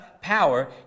power